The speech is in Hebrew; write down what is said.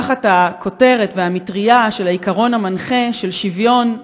תחת הכותרת והמטרייה של העיקרון המנחה של שוויון,